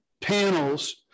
panels